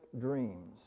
dreams